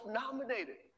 nominated